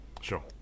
sure